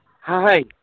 Hi